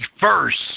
first